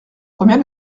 combien